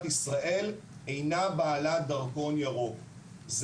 למרות שלפי התקנות ולפי כל מה שאנחנו מסבירים הבדיקה